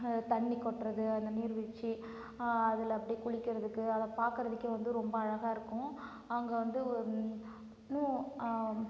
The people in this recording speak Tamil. தண்ணி கொட்டுறது அந்த நீர்வீழ்ச்சி அதில் அப்படே குளிக்கிறதுக்கு அதை பார்க்கறதுக்கே வந்து ரொம்ப அழகாக இருக்கும் அங்கே வந்து ஒ நூ